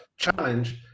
challenge